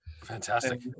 Fantastic